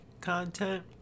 content